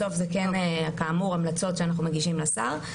בסוף אלה כן המלצות שאנחנו מגישים לשר.